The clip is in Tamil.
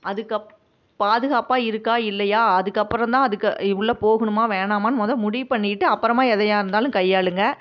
அதுக்கப் பாதுகாப்பாக இருக்கா இல்லையா அதுக்கப்பறம் தான் அதுக்கு உள்ள போகணுமா வேணாமான்னு மொதல் முடிவு பண்ணிக்கிட்டு அப்புறமா எதையா இருந்தாலும் கையாளுங்கள்